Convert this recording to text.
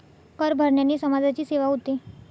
कर भरण्याने समाजाची सेवा होते